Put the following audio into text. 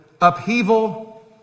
upheaval